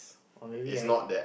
or maybe I